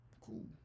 Cool